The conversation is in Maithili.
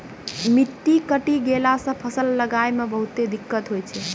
मिट्टी कटी गेला सॅ फसल लगाय मॅ बहुते दिक्कत होय छै